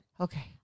Okay